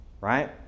Right